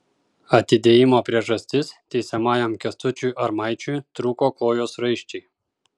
atidėjimo priežastis teisiamajam kęstučiui armaičiui trūko kojos raiščiai